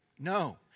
No